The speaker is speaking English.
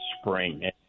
spring